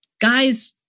guy's